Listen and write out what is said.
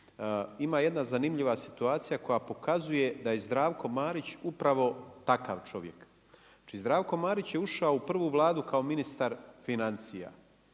Ima jedna zanimljiva situacija koja pokazuje da je Zdravko Marić upravo takav čovjek. Znači Zdravko Marić je ušao u prvu Vladu kao ministar financija,